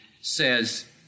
says